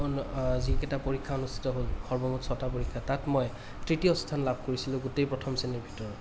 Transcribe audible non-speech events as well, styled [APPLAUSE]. [UNINTELLIGIBLE] যিকেইটা পৰীক্ষা অনুষ্ঠিত হ'ল সৰ্বমুঠ ছটা পৰীক্ষা তাত মই তৃতীয় স্থান লাভ কৰিছিলোঁ গোটেই প্ৰথম শ্ৰেণীৰ ভিতৰত